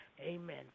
Amen